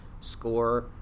score